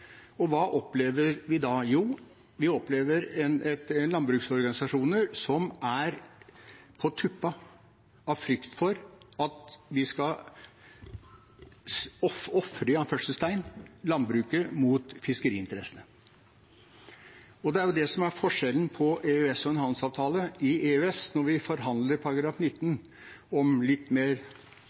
og hva opplever vi da? Jo, vi opplever landbruksorganisasjoner som er på tuppa av frykt for at vi skal «ofre» landbruket mot fiskeriinteressene. Det er jo det som er forskjellen på EØS-avtalen og en handelsavtale: I EØS, når vi forhandler § 19 om litt mer